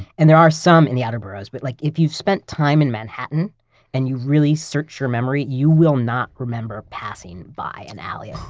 and there are some in the outer boroughs, but like if you've spent time in manhattan and you really search your memory, you will not remember passing by an alley huh.